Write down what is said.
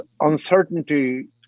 uncertainty